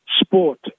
sport